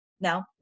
no